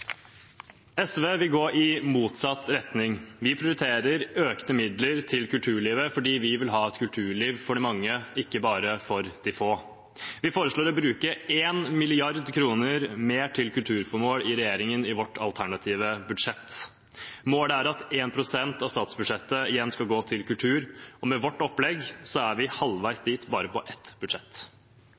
SV vil gå i motsatt retning. Vi prioriterer økte midler til kulturlivet fordi vi vil ha et kulturliv for de mange, ikke bare for de få. Vi foreslår å bruke 1 mrd. kr mer til kulturformål enn regjeringen i vårt alternative budsjett. Målet er at 1 pst. av statsbudsjettet igjen skal gå til kultur, og med vårt opplegg er vi halvveis dit bare på ett budsjett.